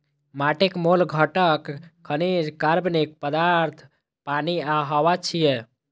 माटिक मूल घटक खनिज, कार्बनिक पदार्थ, पानि आ हवा छियै